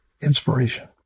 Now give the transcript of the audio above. inspiration